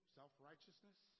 self-righteousness